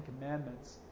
commandments